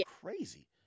crazy